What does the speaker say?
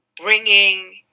bringing